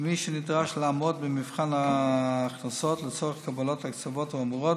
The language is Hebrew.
למי שנדרש לעמוד במבחן הכנסות לצורך קבלת הקצבאות האמורות